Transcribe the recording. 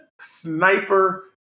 sniper